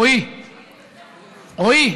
רועי, רועי,